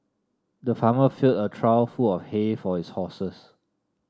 the farmer filled a trough full of hay for his horses